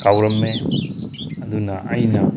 ꯀꯥꯎꯔꯝꯃꯦ ꯑꯗꯨꯅ ꯑꯩꯅ